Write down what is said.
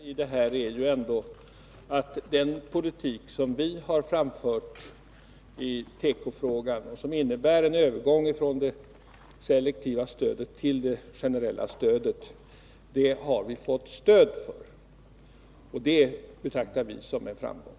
Fru talman! Det viktiga är ju att den politik som vi för i tekofrågan och som innebär en övergång från det selektiva till det generella stödet har vi fått stöd för. Det betraktar vi som en framgång.